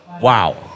Wow